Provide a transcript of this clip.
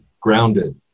grounded